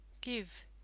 Give